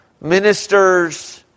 ministers